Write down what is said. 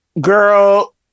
girl